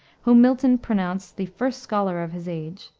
whom milton pronounced the first scholar of his age,